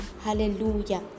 Hallelujah